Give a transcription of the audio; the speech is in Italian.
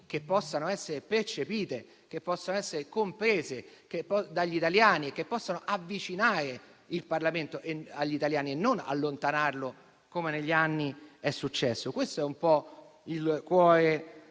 che possano essere percepite e comprese dagli italiani e che possano avvicinare il Parlamento agli italiani e non allontanarlo come negli anni è successo. Questo è un po' il cuore